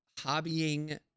hobbying